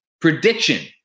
Prediction